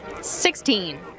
Sixteen